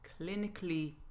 clinically